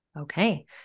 Okay